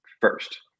first